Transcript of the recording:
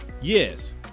Yes